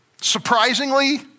surprisingly